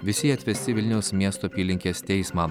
visi jie atvesti į vilniaus miesto apylinkės teismą